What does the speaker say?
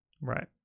Right